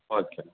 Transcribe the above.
okay